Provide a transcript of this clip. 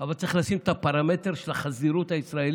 אבל צריך את הפרמטר של החזירות הישראלית